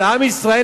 של עם ישראל,